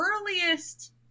earliest